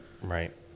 right